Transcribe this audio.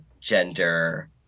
gender